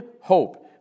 hope